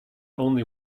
only